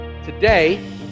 Today